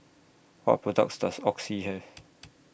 What products Does Oxy Have